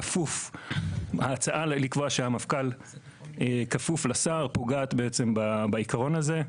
גם ההצעה לקבוע שהמפכ"ל יהיה כפוף לשר פוגעת בעיקרון הזה.